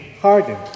hardened